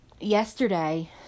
yesterday